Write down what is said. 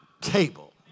table